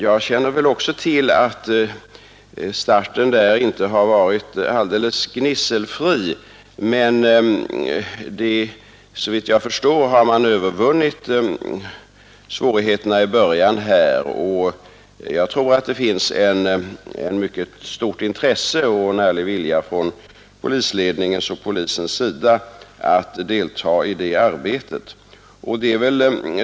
Jag känner väl också till att starten där inte har varit alldeles gnisselfri. Men så vitt jag förstår har man övervunnit de svårigheter som här fanns i början, och jag tror att det finns ett mycket stort intresse och en ärlig vilja från polisledningens och polisens sida att delta i det arbetet.